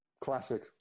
classic